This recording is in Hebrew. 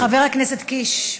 חבר הכנסת קיש,